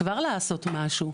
כבר לעשות משהו,